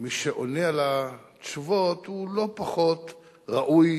שמי שעונה את התשובות הוא לא פחות ראוי